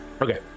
Okay